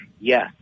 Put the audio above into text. Yes